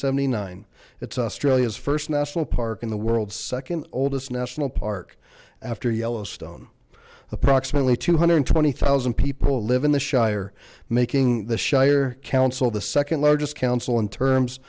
seventy nine it's a stray is first national park in the world's second oldest national park after yellowstone approximately two hundred twenty thousand people live in the shire making the shire council the second largest council in terms